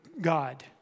God